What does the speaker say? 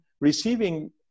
receiving